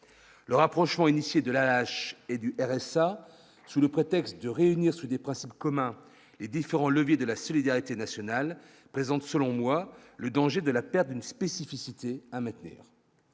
Le rapprochement initié de la tâche et du RSA sous le prétexte de réunir sous des principes communs, les différents leviers de la solidarité nationale présente selon moi le danger de la perte d'une spécificité à maintenir